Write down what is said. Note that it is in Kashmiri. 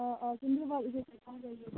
آ آ ژٕندروار ییٖزیٚو تُہۍ کاہہِ بجے بٲگۍ